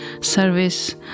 service